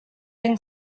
been